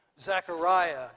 Zechariah